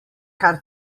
kar